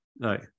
Right